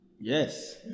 Yes